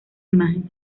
imagen